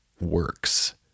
works